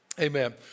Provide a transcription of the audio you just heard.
Amen